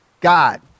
God